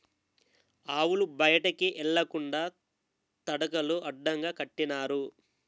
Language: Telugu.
ఆవులు బయటికి ఎల్లకండా తడకలు అడ్డగా కట్టినారు